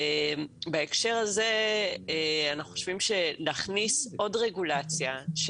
בהקשר הזה אנחנו חושבים שלהכניס עוד רגולציה של